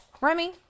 Remy